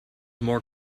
more